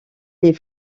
les